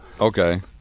Okay